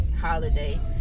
holiday